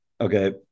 okay